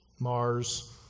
Mars